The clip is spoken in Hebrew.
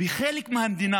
ושהם חלק מהמדינה.